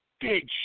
Big